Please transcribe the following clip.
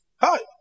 hi